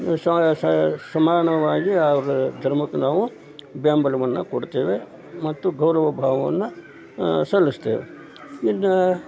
ಸ ಸ ಸಮಾನವಾಗಿ ಅವರ ಧರ್ಮಕ್ಕೆ ನಾವು ಬೆಂಬಲವನ್ನು ಕೊಡ್ತೇವೆ ಮತ್ತು ಗೌರವ ಭಾವವನ್ನು ಸಲ್ಲಿಸ್ತೇವೆ ಇನ್ನೂ